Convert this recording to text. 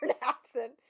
accent